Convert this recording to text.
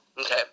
okay